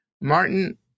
Martin